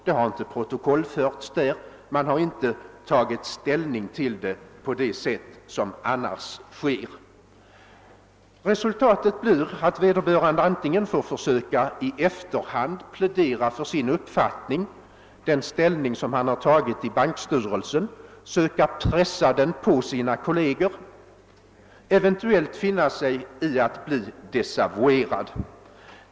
Det har inte protokollförts där; man har inte tagit ställning till det på det sätt som annars sker. Resultatet blir att vederbörande antingen får försöka att i efterhand plädera för den ståndpunkt han har tagit i bankstyrelsen, söka pressa den på sina statliga kolleger, eventuellt finna sig i att bli desavouerad.